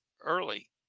early